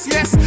Yes